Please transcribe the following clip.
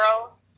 girl